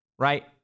right